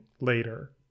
later